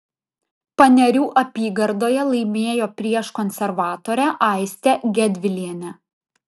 panerių apygardoje laimėjo prieš konservatorę aistę gedvilienę